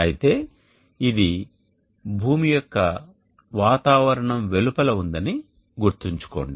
అయితే ఇది భూమి యొక్క వాతావరణం వెలుపల ఉందని గుర్తుంచుకోండి